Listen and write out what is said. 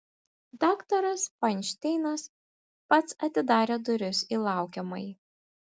daktaras fainšteinas pats atidarė duris į laukiamąjį